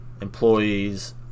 employees